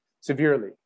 severely